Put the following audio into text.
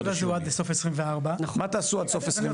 התקציב הוא עד לסוף 2024. מה תעשו עד סוף 2023?